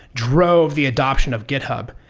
drove the adoption of github.